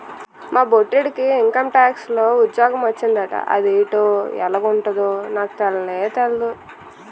మా బొట్టిడికి ఇంకంటాక్స్ లో ఉజ్జోగ మొచ్చిందట అదేటో ఎలగుంటదో నాకు తెల్నే తెల్దు